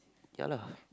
yeah lah